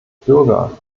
bürger